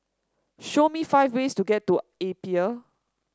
show me five ways to get to Apia